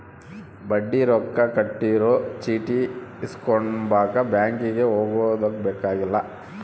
ಬಡ್ಡಿ ರೊಕ್ಕ ಕಟ್ಟಿರೊ ಚೀಟಿ ಇಸ್ಕೊಂಬಕ ಬ್ಯಾಂಕಿಗೆ ಹೊಗದುಬೆಕ್ಕಿಲ್ಲ